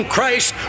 Christ